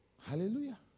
Hallelujah